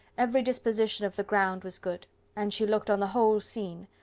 every disposition of the ground was good and she looked on the whole scene,